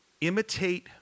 imitate